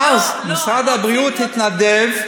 ואז משרד הבריאות התנדב,